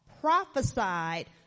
prophesied